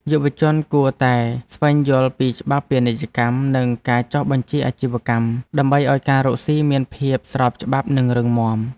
យុវជនគួរតែស្វែងយល់ពីច្បាប់ពាណិជ្ជកម្មនិងការចុះបញ្ជីអាជីវកម្ម ដើម្បីឱ្យការរកស៊ីមានភាពស្របច្បាប់និងរឹងមាំ។